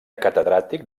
catedràtic